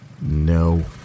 no